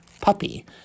Puppy